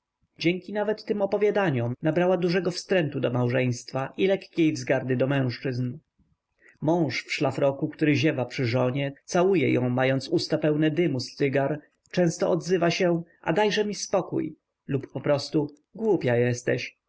dzięki nawet tym opowiadaniom nabrała dużego wstrętu do małżeństwa i lekkiej wzgardy dla mężczyzn mąż w szlafroku który ziewa przy żonie całuje ją mając pełne usta dymu z cygar często odzywa się a dajże mi spokój albo poprostu głupia jesteś